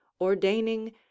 ordaining